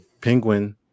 Penguin